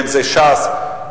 או ש"ס,